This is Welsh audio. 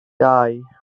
dau